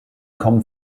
kommen